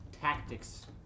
tactics